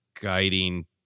guiding